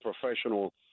professional